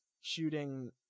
shooting